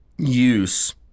Use